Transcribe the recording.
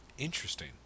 Interesting